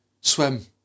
swim